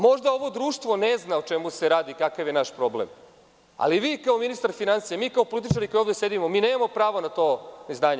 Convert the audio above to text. Možda ovo društvo ne zna o čemu se radi i kakav je naš problem, ali vi kao ministar finansija, mi kao političari koji ovde sedimo, nemamo pravo na to neznanje.